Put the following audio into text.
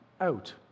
out